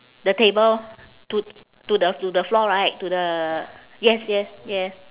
the table to to the to the floor right to the yes yes yes